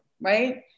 right